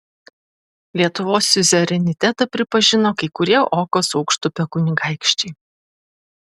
lietuvos siuzerenitetą pripažino kai kurie okos aukštupio kunigaikščiai